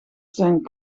zijn